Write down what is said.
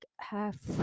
half